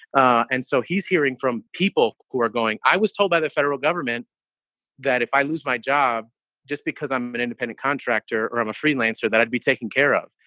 and so he's hearing from people who are going. i was told by the federal government that if i lose my job just because i'm an independent contractor or i'm a freelancer, that i'd be taken care of.